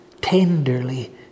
tenderly